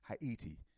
Haiti